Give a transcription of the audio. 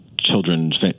children's